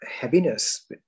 heaviness